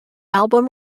album